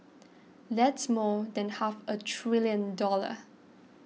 that's more than half a trillion dollars